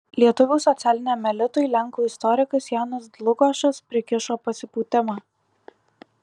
lietuvių socialiniam elitui lenkų istorikas janas dlugošas prikišo pasipūtimą